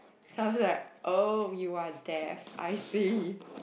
so I was like oh you are deaf I see